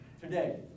today